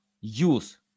use